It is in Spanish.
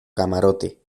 camarote